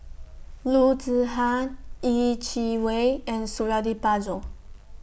Loo Zihan Yeh Chi Wei and Suradi Parjo